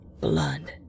blood